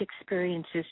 experiences